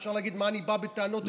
אפשר להגיד: מה אני בא בטענות להאוזר?